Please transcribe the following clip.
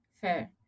Fair